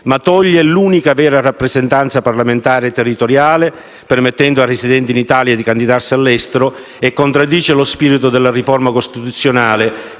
ma toglie anche l'unica vera rappresentanza parlamentare territoriale, permettendo ai residenti in Italia di candidarsi all'estero e contraddice lo spirito della riforma costituzionale